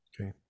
Okay